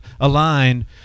aligned